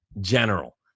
general